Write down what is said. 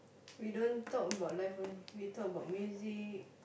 we don't talk about life only we talk about music